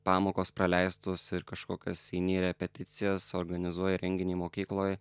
pamokos praleistos kažkokios eini į repeticijas organizuoji renginį mokykloj